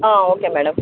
okay madam